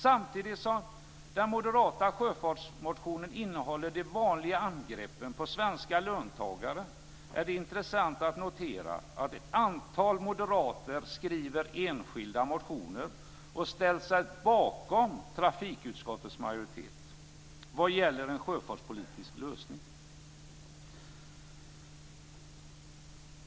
Samtidigt som den moderata sjöfartsmotionen innehåller de vanliga angreppen på svenska löntagare är det intressant att notera att ett antal moderater har skrivit enskilda motioner och ställt sig bakom trafikutskottets majoritet vad gäller en sjöfartspolitisk lösning.